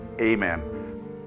Amen